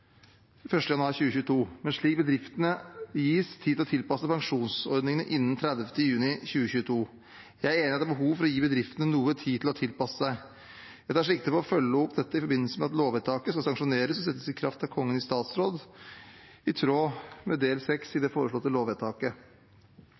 januar 2022, men slik at bedriftene gis tid til å tilpasse pensjonsordningene innen 30. juni 2022. Jeg er enig i at det er behov for å gi bedriftene noe tid til å tilpasse seg, og jeg tar sikte på å følge opp dette i forbindelse med at lovvedtaket skal sanksjoneres og settes i kraft av Kongen i statsråd i tråd med del VI i